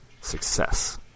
success